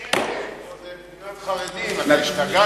שקט, פה זו מדינת חרדים, אתה השתגעת?